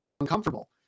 uncomfortable